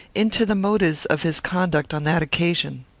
into the motives of his conduct on that occasion.